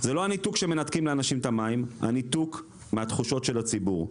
זה לא הניתוק שמנתקים לאנשים את המים אלא הניתוק מהתחושות של הציבור,